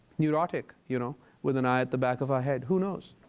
neurotic you know with an eye at the back of our head. who knows?